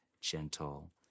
gentle